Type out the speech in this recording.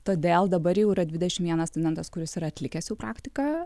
todėl dabar jau yra dvidešimt vienas studentas kuris yra atlikęs jau praktiką